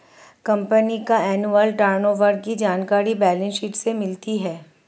company का annual turnover की जानकारी बैलेंस शीट से मिलती है